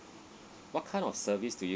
what kind of service do you